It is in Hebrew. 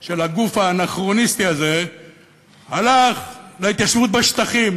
של הגוף האנכרוניסטי הזה הלך להתיישבות בשטחים,